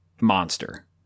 monster